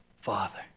Father